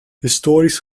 historisch